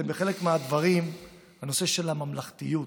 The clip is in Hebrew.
זה בחלק מהדברים הנושא של הממלכתיות,